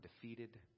defeated